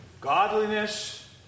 godliness